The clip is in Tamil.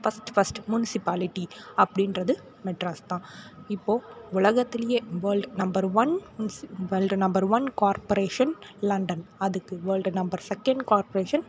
ஃபஸ்ட் ஃபஸ்ட் முனிசிபாலிட்டி அப்படின்றது மெட்ராஸ் தான் இப்போது உலகத்துலேயே world number one world number one corporation London அதுக்கு வேர்ல்டு நம்பர் செகென்ட் கார்ப்பரேஷன்